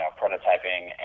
prototyping